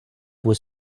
was